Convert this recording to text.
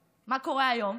מה קורה היום?